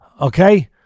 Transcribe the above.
Okay